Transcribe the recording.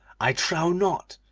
i trow not.